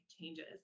changes